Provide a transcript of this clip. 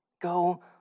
go